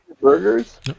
burgers